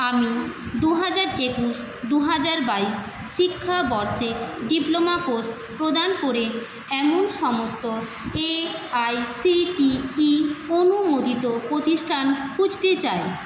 আমি দু হাজার একুশ দু হাজার বাইশ শিক্ষাবর্ষে ডিপ্লোমা কোর্স প্রদান করে এমন সমস্ত এআইসিটিই অনুমোদিত প্রতিষ্ঠান খুঁজতে চাই